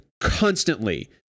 constantly